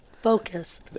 Focus